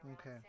Okay